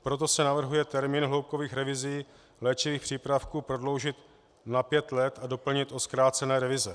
Proto se navrhuje termín hloubkových revizí léčivých přípravků prodloužit na pět let a doplnit o zkrácené revize.